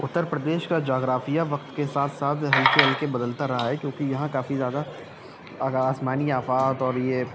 اتر پردیش کا جغرافیہ وقت کے ساتھ ساتھ ہلکے ہلکے بدلتا رہا ہے کیونکہ یہاں کافی زیادہ آگا آسمانی آفات اور یہ